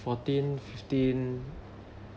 fourteen fifteen